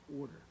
order